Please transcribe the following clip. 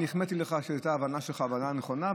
אני החמאתי לך שההבנה שלך הייתה הבנה נכונה,